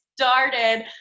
started